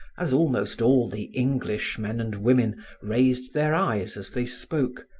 as almost all the english men and women raised their eyes as they spoke,